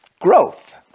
growth